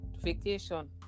vacation